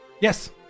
Yes